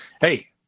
hey